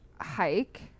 hike